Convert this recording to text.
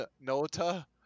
Nota